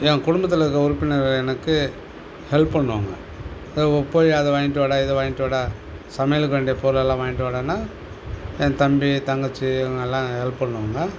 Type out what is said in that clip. என் குடும்பத்தில் இருக்க உறுப்பினர்கள் எனக்கு ஹெல்ப் பண்ணுவாங்க போய் அதை வாங்கிட்டு வாடா இதை வாங்கிட்டு வாடா சமையலுக்கு வேண்டிய பொருளெல்லாம் வாங்கிட்டு வாடான்னா என் தம்பி தங்கச்சி இவங்கள்லாம் ஹெல்ப் பண்ணுவாங்க